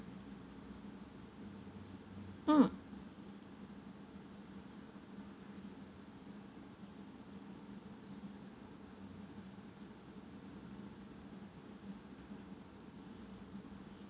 mm